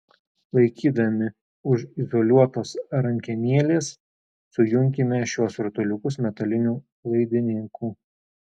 laikydami už izoliuotos rankenėlės sujunkime šiuos rutuliukus metaliniu laidininku